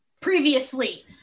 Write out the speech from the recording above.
Previously